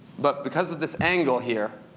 but because of this angle here,